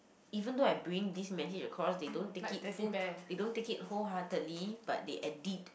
even though I bring this message across they don't take it full they don't take it wholeheartedly but they edit